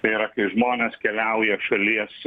tai yra kai žmonės keliauja šalies